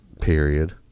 period